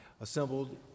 assembled